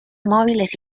móviles